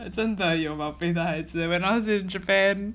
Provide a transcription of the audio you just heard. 真的有毛病的孩子 when I was in japan